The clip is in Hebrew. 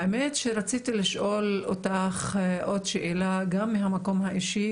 האמת שרציתי לשאול אותך עוד שאלה גם מהמקום האישי,